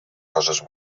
coses